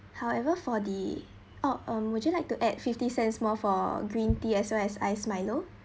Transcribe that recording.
however for the oh mm would you like to add fifty cents more for green tea as well as ice milo